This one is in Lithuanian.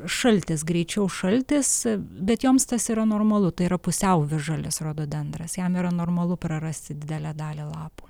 šaltis greičiau šaltis bet joms tas yra normalu tai yra pusiau visžalis rododendras jam yra normalu prarasti didelę dalį lapų